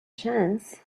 chance